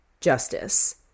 Justice